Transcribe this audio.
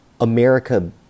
America